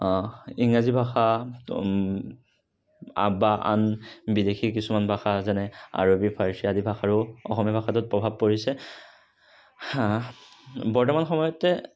ইংৰাজী ভাষা বা আন বিদেশীৰ কিছুমান ভাষা যেনে আৰবী ফাৰ্চী আদি ভাষাৰো অসমীয়া ভাষাটোত প্ৰভাৱ পৰিছে বৰ্তমান সময়তে